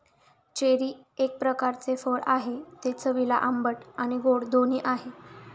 cherry एक प्रकारचे फळ आहे, ते चवीला आंबट आणि गोड दोन्ही आहे